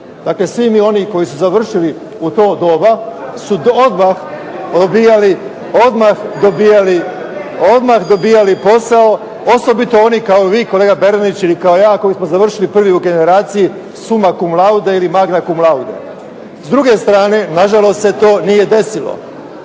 Dakle, svi mi oni koji su završili u to doba su odmah dobijali posao osobito oni kao vi kolega Bernardić ili kao ja koji smo završili prvi u generaciji suma cum laude ili magna cum laude. S druge strane, nažalost se to nije desilo.